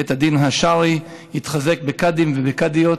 בית הדין השרעי התחזק בקאדים ובקאדיות,